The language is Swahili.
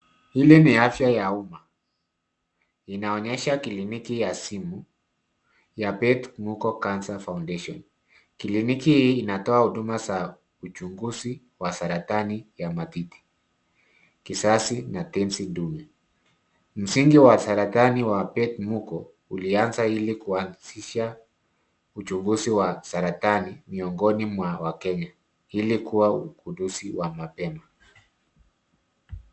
Hili ni afya ya umma, inaonyesha kliniki ya simu ya Beth Mugo cancer foundation. Kliniki hii inatoa huduma za uchunguzi wa saratani ya matiti, kisasi na tezi dume. Msingi wa saratani wa Beth Mugo ulianza ili kuanzisha uchunguzi wa saratani miongoni mwa wakenya ili kuwa ugunduzi wa mapema.